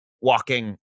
walking